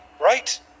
right